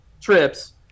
trips